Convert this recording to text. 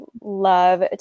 love